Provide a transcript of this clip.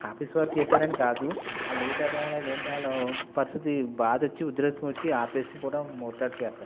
office వాళ్ళు చేశారని కాదు లేట్ అవ్వడం వల్ల ఏం చెయ్యాలో పరిస్థితి బాధ వచ్చి ఉదృత్యం వచ్చి ఆపేసి పోవడం ఒత్తిడి చేస్తాయ్